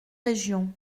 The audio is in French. régions